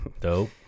dope